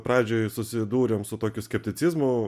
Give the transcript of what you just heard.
pradžioj susidūrėm su tokiu skepticizmu